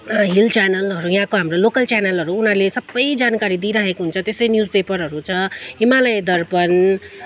hill च्यानलहरू यहाँको हाम्रो लोकल च्यानलहरू उनीहरूले सबै जानकारी दिइराखेको हुन्छ त्यसै न्युज पेपरहरू छ हिमालय दर्पन